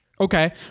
okay